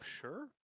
sure